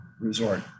resort